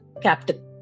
captain